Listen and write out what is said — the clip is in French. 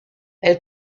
elle